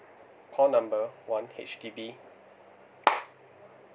call number one H_D_B